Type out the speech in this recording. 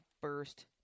first